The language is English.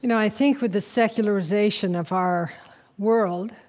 you know i think with the secularization of our world